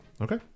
Okay